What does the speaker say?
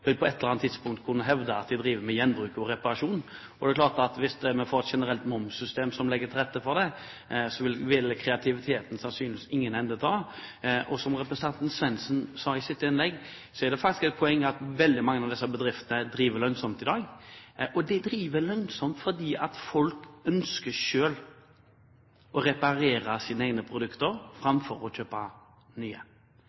vil på et eller annet tidspunkt kunne hevde at de driver med gjenbruk og reparasjon. Og det er klart at hvis vi får et generelt momssystem som legger til rette for det, vil kreativiteten sannsynligvis ingen ende ta. Som representanten Svendsen sa i sitt innlegg, er det faktisk et poeng at veldig mange av disse bedriftene driver lønnsomt i dag, og de driver lønnsomt fordi folk ønsker selv å få reparert sine produkter